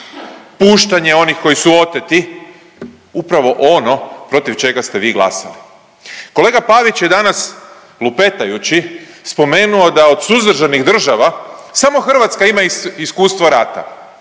puštanje onih koji su oteti, upravo ono protiv čega ste vi glasali. Kolega Pavić je danas, lupetajući spomenuo da od suzdržanih država, samo Hrvatska ima iskustvo rata.